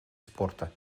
спорта